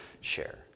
share